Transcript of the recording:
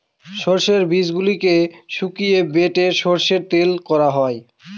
সর্ষের বীজগুলোকে শুকিয়ে বেটে সর্ষের তেল বানানো হয়